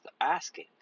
asking